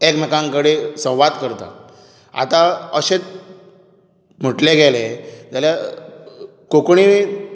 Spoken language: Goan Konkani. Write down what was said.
एकमेकां कडेन संवाद करतात आतां अशें म्हटलें गेलें जाल्यार कोंकणी